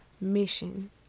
mission